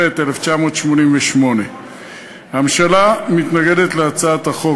התשמ"ח 1988. הממשלה מתנגדת להצעת החוק.